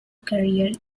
career